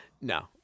no